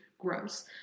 gross